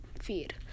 feed